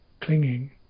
clinging